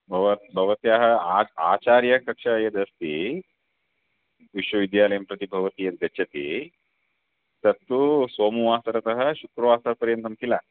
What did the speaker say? भवत्याः भवत्याः आच आचार्यकक्षा यदस्ति विश्वविद्यालयं प्रति भवती यद्गच्छति तत्तु सोमवासरतः शुक्रवासपर्यन्तं किल